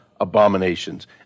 abominations